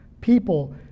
people